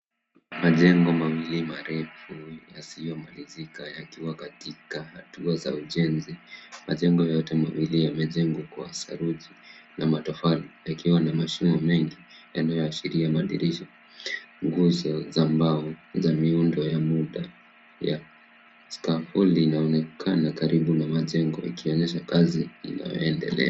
Majengo mawili marefu yasiyo malizika yakiwa katika hatua za ujenzi, majengo yote mawili yamejengwa kwa saruji na matofali yakiwa na mashimo mengi yanayoashiria madirisha. Nguzo za mbao za miundo ya muda ya spakuli inaonekana karibu na majengo yakionyesha kazi inayoendelea.